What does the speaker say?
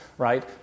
right